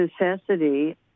necessity